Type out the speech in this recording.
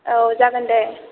औ जागोन दे